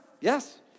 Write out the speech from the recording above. Yes